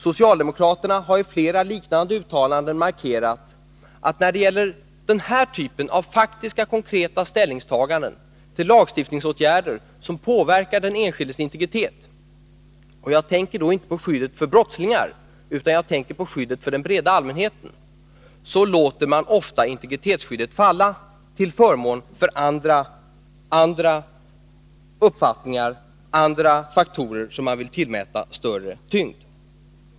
Socialdemokraterna har i flera liknande uttalanden markerat att när det gäller den här typen av faktiska, konkreta ställningstaganden till lagstiftningsåtgärder som påverkar den enskildes integritet — och jag tänker då inte på skyddet för brottslingar utan på skyddet för den breda allmänheten — låter man ofta integritetsskyddet falla till förmån för andra faktorer som man vill tillmäta större tyngd.